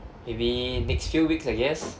maybe next few weeks I guess